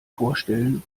vorstellen